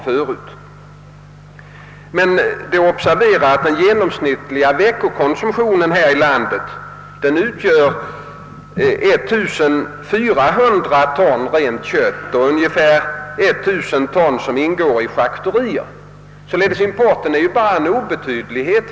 Det bör observeras att den genomsnittliga veckokonsumtionen här i landet utgör 1400 ton rent kött och ungefär 1000 ton som ingår i charkuterier. Importen är alltså endast en obetydlighet.